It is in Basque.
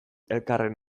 elkarren